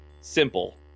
simple